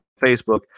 facebook